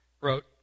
wrote